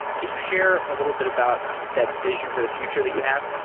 can you share a little bit about that vision for the future that you have?